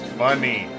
funny